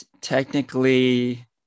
technically